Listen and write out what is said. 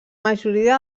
majoria